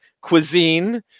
cuisine